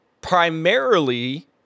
Primarily